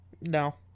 No